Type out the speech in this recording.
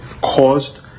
caused